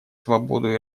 свободу